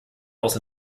aus